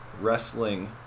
Wrestling